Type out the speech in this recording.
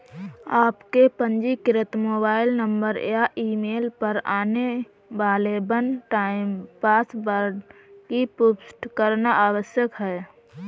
आपके पंजीकृत mobile number या ईमेल पर आने वाले वन टाइम पासवर्ड की पुष्टि करना आवश्यक है